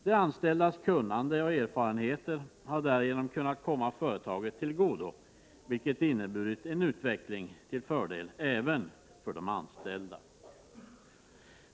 De anställdas kunnande och erfarenheter har därigenom kunnat komma företagen till godo, vilket har inneburit en utveckling till fördel även för de anställda.